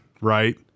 right